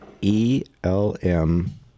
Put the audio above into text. E-L-M